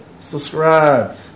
subscribe